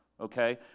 Okay